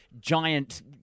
giant